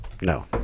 No